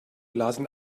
lasen